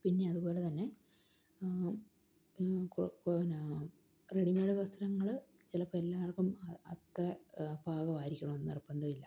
പിന്നെ അതുപോലെ തന്നെ റെഡിമേയ്ഡ് വസ്ത്രങ്ങള് ചിലപ്പോള് എല്ലാവർക്കും അത്ര പാകമായിരിക്കണമെന്ന് നിർബന്ധമില്ല